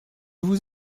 vous